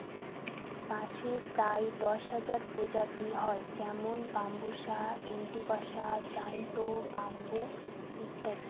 বাঁশের প্রায় দশ হাজার প্রজাতি হয় যেমন বাম্বুসা ভেন্ট্রিকসা জায়ন্ট ব্যাম্বু ইত্যাদি